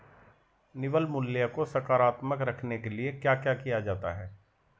निवल मूल्य को सकारात्मक रखने के लिए क्या क्या किया जाता है?